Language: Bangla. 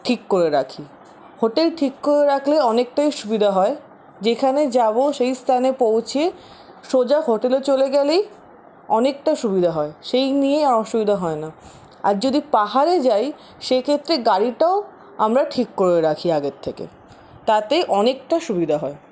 ঠিক করে রাখি হোটেল ঠিক করে রাখলে অনেকটাই সুবিধে হয় যেখানে যাবো সেই স্থানে পৌঁছে সোজা হোটেলে চলে গেলেই অনেকটা সুবিধে হয় সেই নিয়ে অসুবিধা হয় না আর যদি পাহাড়ে যাই সেক্ষেত্রে গাড়িটাও আমরা ঠিক করে রাখি আগের থেকে তাতে অনেকটা সুবিধা হয়